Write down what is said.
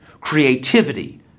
creativity